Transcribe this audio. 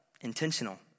intentional